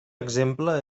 exemple